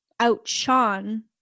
outshone